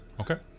okay